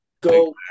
go